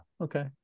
Okay